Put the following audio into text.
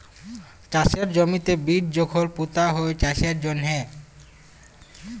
চাষের জমিতে বীজ যখল পুঁতা হ্যয় চাষের জ্যনহে